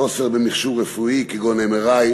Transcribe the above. חוסר במכשור רפואי, כגון MRI,